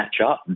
matchup